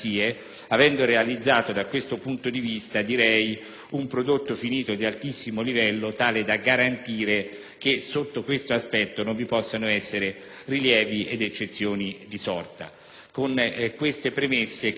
un prodotto finito di altissimo livello tale da garantire che sotto questo aspetto non vi possano essere rilievi ed eccezioni di sorta. Con queste premesse, credo che si possa guardare all'approvazione di questo provvedimento